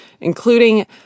including